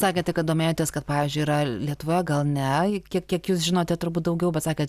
sakėte kad domėjotės kad pavyzdžiui yra lietuvoje gal ne kiek kiek jūs žinote turbūt daugiau bet sakėt